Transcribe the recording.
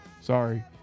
Sorry